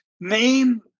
Name